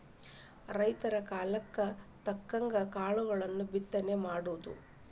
ರೈತರ ಕಾಲಕ್ಕ ತಕ್ಕಂಗ ಕಾಳುಗಳ ಬಿತ್ತನೆ ಮಾಡುದು